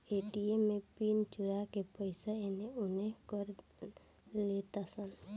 ATM में pin चोरा के पईसा एने ओने कर लेतारे सन